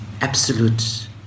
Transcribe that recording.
absolute